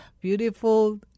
beautiful